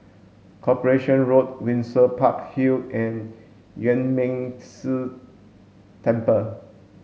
Corporation Road Windsor Park Hill and Yuan Ming Si Temple